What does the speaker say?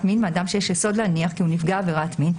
מין מאדם שיש יסוד להניח כי הוא נפגע עבירת מין,